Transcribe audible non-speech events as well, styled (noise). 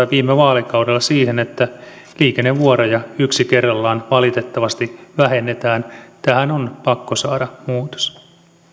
(unintelligible) viime vaalikaudella siihen että liikennevuoroja yksi kerrallaan valitettavasti vähennetään tähän on pakko saada muutos